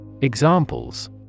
examples